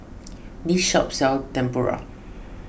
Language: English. this shop sells Tempura